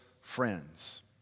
friends